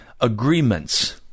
agreements